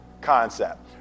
concept